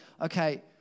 okay